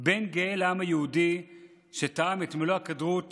בן גאה לעם היהודי שטעם את מלוא הקדרות